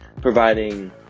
providing